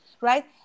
right